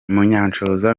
munyanshoza